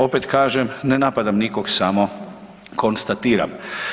Opet kažem, ne napadam nikog samo konstatiram.